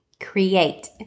Create